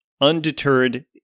undeterred